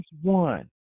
one